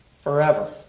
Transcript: forever